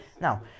Now